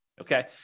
okay